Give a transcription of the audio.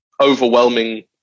overwhelming